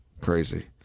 Crazy